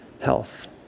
health